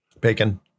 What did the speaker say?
bacon